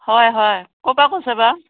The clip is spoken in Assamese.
হয় হয় ক'ৰ পৰা কৈছে বা